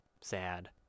sad